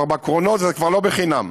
בקרונות זה כבר לא בחינם.